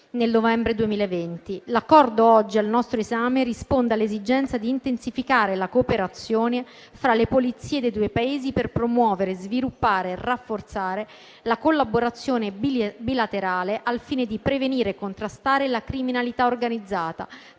L'Accordo oggi al nostro esame risponde all'esigenza di intensificare la cooperazione tra le Forze di polizia dei due Paesi per promuovere, sviluppare e rafforzare la collaborazione bilaterale, al fine di prevenire e contrastare la criminalità organizzata